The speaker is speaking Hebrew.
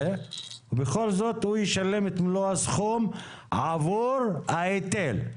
ובכל זאת הוא ישלם את מלוא הסכום עבור ההיטל.